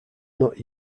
not